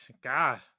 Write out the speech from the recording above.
god